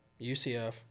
UCF